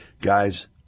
Guys